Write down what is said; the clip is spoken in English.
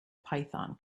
python